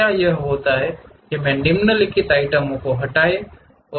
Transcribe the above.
क्या यह कहता है कि निम्नलिखित आइटम को हटाएं